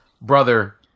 brother